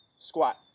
squat